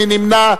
מי נמנע?